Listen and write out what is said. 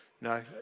no